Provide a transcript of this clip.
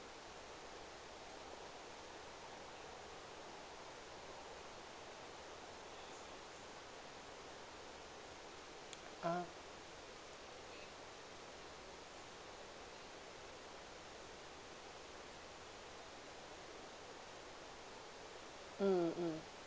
(uh huh) mm mm